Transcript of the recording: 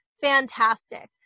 fantastic